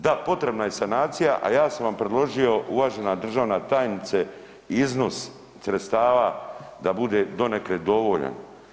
Da, potrebna je sanacija, a ja sam vam predložio, uvažena državna tajnice iznos sredstava da bude donekle dovoljan.